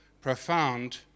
profound